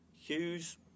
Hughes